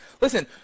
Listen